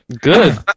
Good